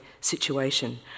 situation